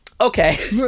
Okay